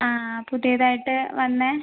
ആ ആ പുതിയതായിട്ട് വന്ന